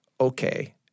Okay